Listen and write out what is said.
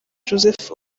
joseph